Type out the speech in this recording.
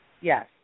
Yes